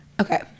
okay